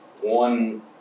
one